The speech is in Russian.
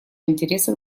интересах